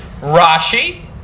Rashi